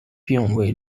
并未